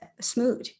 smooth